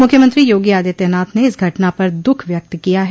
मुख्यमंत्री योगी आदित्यनाथ ने इस घटना पर द्ःख व्यक्त किया है